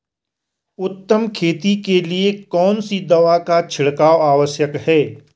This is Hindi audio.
उत्तम खेती के लिए कौन सी दवा का छिड़काव आवश्यक है?